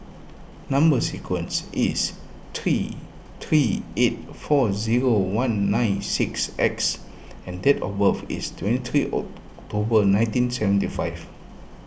Number Sequence is T three eight four zero one nine six X and date of birth is twenty three October nineteen seventy five